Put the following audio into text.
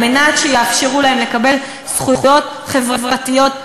על מנת שיאפשרו להם לקבל זכויות חברתיות בסיסיות,